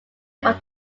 over